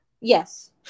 Yes